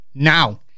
Now